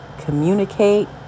communicate